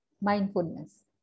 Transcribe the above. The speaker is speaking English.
mindfulness